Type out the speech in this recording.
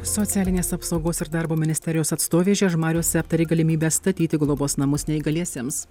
socialinės apsaugos ir darbo ministerijos atstovė žiežmariuose aptarė galimybę statyti globos namus neįgaliesiems